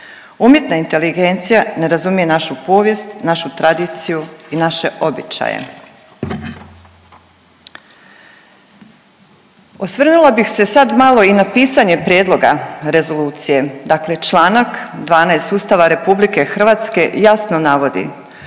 Umjetna inteligencija ne razumije našu povijest, našu tradiciju i naše običaje. Osvrnula bih se sad malo i na pisanje prijedloga rezolucije. Dakle čl. 12 sustava RH jasno navodi,